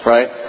Right